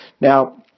Now